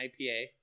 IPA